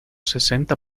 sesenta